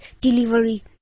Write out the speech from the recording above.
delivery